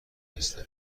هستم